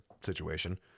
situation